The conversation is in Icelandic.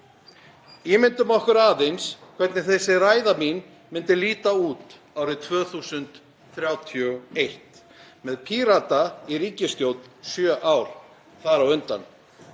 Ímyndum okkur aðeins hvernig þessi ræða mín myndi líta út árið 2031, með Pírata í ríkisstjórn í sjö ár þar á undan.